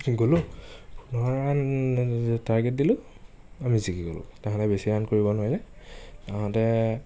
গ'লো পোন্ধৰ run target দিলো আমি জিকি গ'লো তাঁহাতে বেছি ৰাণ কৰিব নোৱাৰিলে তাঁহাতে